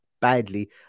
badly